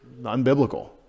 unbiblical